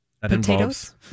Potatoes